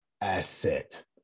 asset